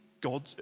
God